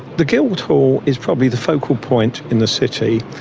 the guildhall is probably the focal point in the city,